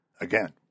Again